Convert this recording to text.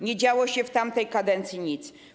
Nie działo się w tamtej kadencji nic.